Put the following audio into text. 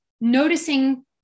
noticing